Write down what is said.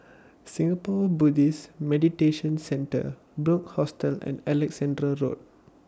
Singapore Buddhist Meditation Centre Bunc Hostel and Alexandra Road